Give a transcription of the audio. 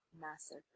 massive